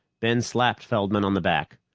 ben slapped feldman on the back.